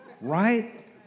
right